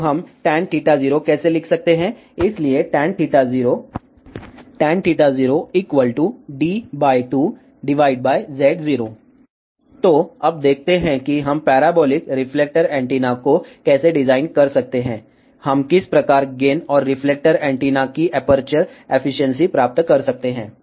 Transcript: तो हम टैन 0 कैसे लिख सकते हैं इसलिए टैन 0 tan0d2z0 तो अब देखते हैं कि हम पैराबोलिक रिफ्लेक्टर एंटीना को कैसे डिजाइन कर सकते हैं हम किस प्रकार गेन और रिफ्लेक्टर एंटीना की एपर्चर एफिशिएंसी प्राप्त कर सकते हैं